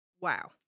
wow